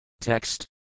text